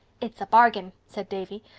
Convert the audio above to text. it's a bargain, said davy.